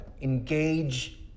Engage